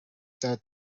tal